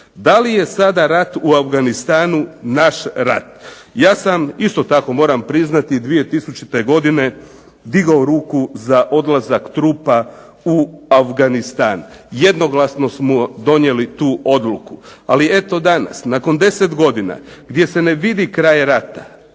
Da li je sada rat u Afganistanu naš rat? Ja sam isto tako moram priznati 2000. godine digao ruku za odlazak trupa u Afganistan. Jednoglasno smo donijeli tu odluku. Ali eto danas nakon deset godina gdje se ne vidi kraj rata,